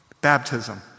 Baptism